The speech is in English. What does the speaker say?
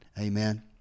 amen